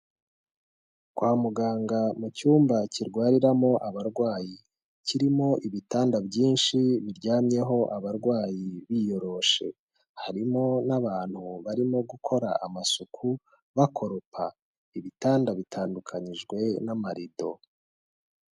Kwa muganga mu cyumba kirwariramo abarwayi kirimo ibitanda byinshi biryamyeho abarwayi biyoroshe, harimo n'abantu barimo gukora amasuku bakoropa ibitanda bitandukanyijwe n'amarido.